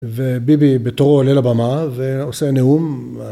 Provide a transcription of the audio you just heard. וביבי בתורו עולה לבמה ועושה נאום.